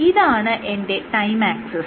ഇതാണ് എന്റെ time axis